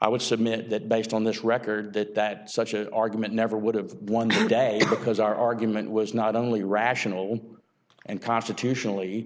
i would submit that based on this record that that such an argument never would have won the day because our argument was not only rational and constitutionally